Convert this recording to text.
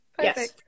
yes